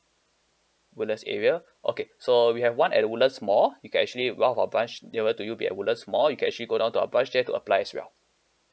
woodlands area okay so we have one at the woodlands mall you can actually one of our branch nearer to you be at woodlands mall you can actually go down to our branch there to apply as well